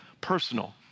Personal